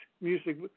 music